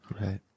Right